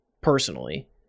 Personally